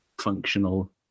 functional